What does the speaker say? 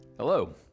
Hello